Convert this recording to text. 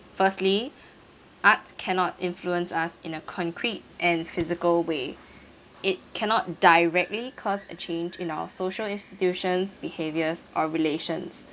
firstly art cannot influence us in a concrete and physical way it cannot directly cause a change in our social institutions behaviours or relations